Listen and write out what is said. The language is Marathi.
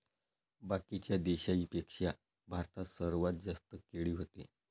बाकीच्या देशाइंपेक्षा भारतात सर्वात जास्त केळी व्हते